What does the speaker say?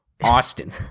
Austin